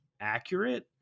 accurate